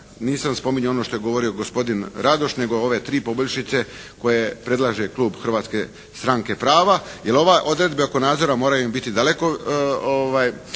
Nisam spominjao ono što je govorio gospodin Radoš nego ove tri poboljšice koje predlaže klub Hrvatske stranke prava. Jer ove odredbe oko nadzora moraju biti daleko,